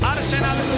Arsenal